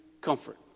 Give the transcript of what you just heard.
comfort